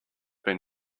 been